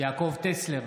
יעקב טסלר,